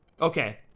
Okay